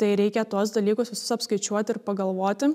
tai reikia tuos dalykus visus apskaičiuoti ir pagalvoti